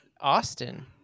Austin